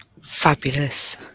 Fabulous